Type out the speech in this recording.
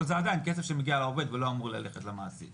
אבל זה עדיין כסף שאמור ללכת לעובד ולא להגיע למעסיק.